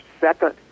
second